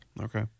Okay